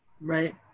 Right